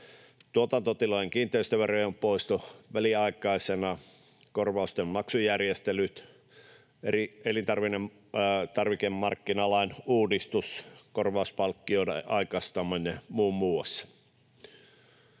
tuotantotilojen kiinteistöverojen poisto väliaikaisena, korvausten maksujärjestelyt, elintarvikemarkkinalain uudistus, korvauspalkkioiden aikaistaminen — muun muassa.